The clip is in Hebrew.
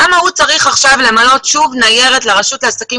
למה הוא צריך עכשיו למלא שוב ניירת לרשות לעסקים